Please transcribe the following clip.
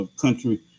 country